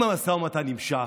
אם המשא ומתן נמשך,